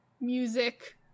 music